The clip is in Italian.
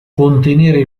contenere